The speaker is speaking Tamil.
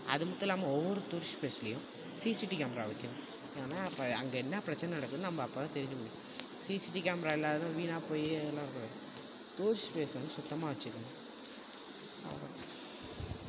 அது மட்டும் இல்லாமல் ஒவ்வொரு டூரிஸ்ட் ப்ளேஸ்லையும் சிசிடி கேமரா வைக்கணும் நம்ம அப்போ அங்கே என்ன பிரச்சனை நடக்குதுன்னு நம்ம அப்போ தான் தெரிஞ்சுக்க முடியும் சிசிடி கேமரா இல்லாமல் வீணாப்போய் எல்லாம் இருக்கக்கூடாது டூரிஸ்ட் ப்ளேஸ் வந்து சுத்தமாக வச்சுக்கணும் அவ்ளோ தான்